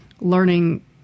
learning